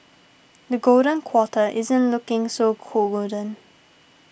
the golden quarter isn't looking so co golden